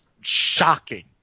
shocking